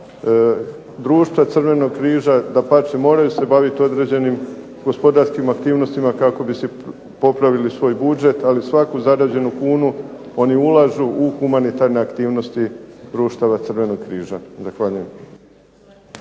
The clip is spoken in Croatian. društva Crvenog križa dapače moraju se baviti određenim gospodarskim aktivnostima kako bi si popravili svoj budžet, ali svaku zarađenu kunu oni ulažu u humanitarne aktivnosti društava Crvenog križa.